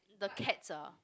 the cats are